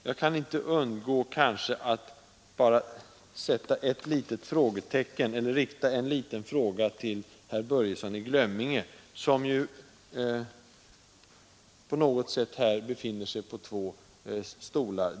Jag kan inte undgå att rikta en liten fråga till herr Börjesson i Glömminge, som här försöker sitta på två stolar.